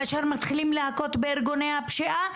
כאשר מתחילים להכות בארגוני הפשיעה,